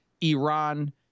Iran